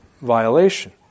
violation